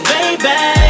Baby